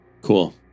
Cool